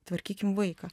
tvarkykim vaiką